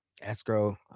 escrow